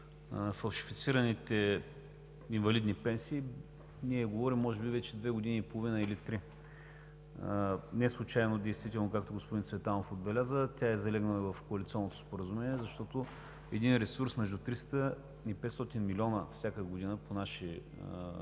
за фалшифицираните инвалидни пенсии ние говорим може би вече две години и половина или три. Както господин Цветанов отбеляза – неслучайно тя е залегнала в коалиционното споразумение, защото един ресурс между 300 и 500 милиона всяка година по наши